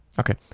Okay